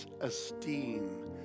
esteem